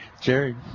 Jerry